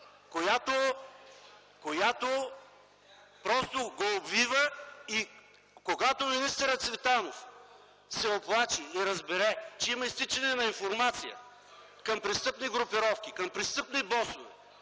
която просто го обвива. Когато министърът Цветанов се оплаче и се разбере, че има изтичане на информация към престъпни групировки, към престъпни босове,